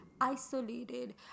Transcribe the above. isolated